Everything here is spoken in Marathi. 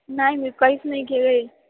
नाही मी काहीच नाही घेले